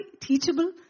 teachable